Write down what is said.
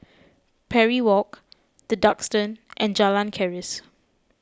Parry Walk the Duxton and Jalan Keris